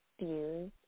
views